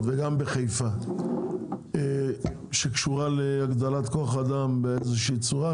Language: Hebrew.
וגם בחיפה שקשורה להגדלת כוח האדם באיזושהי צורה?